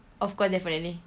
of course definitely